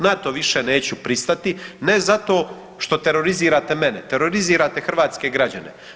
Na to više neću pristati ne zato što terorizirate mene, terorizirate hrvatske građane.